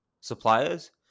suppliers